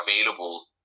available